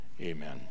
Amen